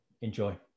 Enjoy